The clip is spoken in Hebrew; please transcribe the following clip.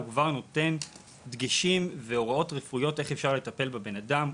הוא כבר נותן דגשים והוראות רפואיות איך אפשר לטפל בבן אדם.